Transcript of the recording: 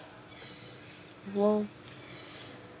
!whoa!